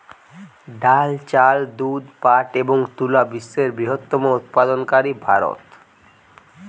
ডাল, চাল, দুধ, পাট এবং তুলা বিশ্বের বৃহত্তম উৎপাদনকারী ভারত